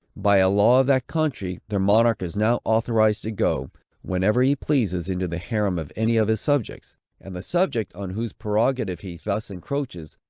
by a law of that country, their monarch is now authorized to go, whenever he pleases, into the harem of any of his subjects and the subject, on whose prerogative he thus encroaches,